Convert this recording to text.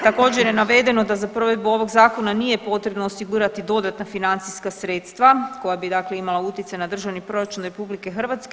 Također je navedeno da za provedbu ovog zakona nije potrebno osigurati dodatna financijska sredstva koja bi dakle imale utjecaj na Državni proračun RH.